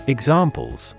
Examples